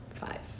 five